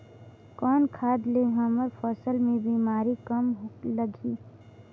कौन खाद ले हमर फसल मे बीमारी कम लगही?